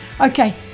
Okay